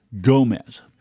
Gomez